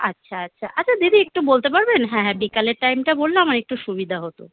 আচ্ছা আচ্ছা আচ্ছা দিদি একটু বলতে পারবেন হ্যাঁ হ্যাঁ বিকালের টাইমটা বললে আমার একটু সুবিধা হতো